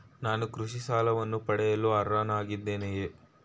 ನಾನು ಕೃಷಿ ಸಾಲವನ್ನು ಪಡೆಯಲು ಅರ್ಹನಾಗಿದ್ದೇನೆಯೇ?